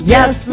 Yes